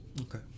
Okay